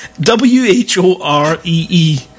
W-H-O-R-E-E